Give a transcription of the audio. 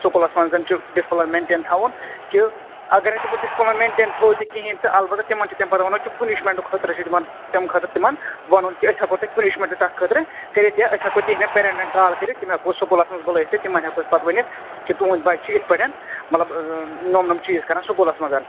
سکوٗلَس منٛزَن چھُ ڈِسپٕلَن مینٛٹین تھاوُن کہِ اَگر نَے تِمو ڈِسپٕلٕن مینٛٹین تھوٚو تہِ کِہیٖنٛۍ اَلبَتہٕ تِمَن چھُ تَمہٕ پتہٕ وَنُن کہِ پُنِشمینٛٹہٕ خٲطرٕ چھُ تِمن تمہِ خٲطرٕ تِمَن وَنُن کہِ أسۍ ہیٚکو تۅہہِ پُنِشمینٛٹہٕ دِتھ تتھ خٲطرٕ کٔرِتھ یا أسۍ ہیٚکو تِہٕنٛدؠن پیرِیٚنٹن کال کٔرِتھ تِم یٚؠکو سکوٗلس منٛز بُلٲیِتھ تہٕ تِمَن ہیٚکو پَتہٕ أسۍ ؤنِتھ کہِ تِہُنٛد بَچہِ چھُ یِتھٕ پٲٹھۍ مَطلَب نُم نُم چیٖز کَرَن سُکُولَس منٛز